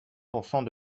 pourcent